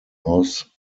north